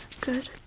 good